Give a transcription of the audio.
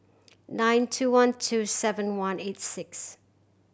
nine two one two seven one eight six